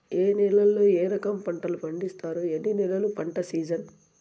ఏ నేలల్లో ఏ రకము పంటలు పండిస్తారు, ఎన్ని నెలలు పంట సిజన్?